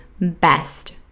best